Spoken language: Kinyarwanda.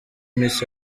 miss